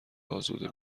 ازاده